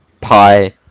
pie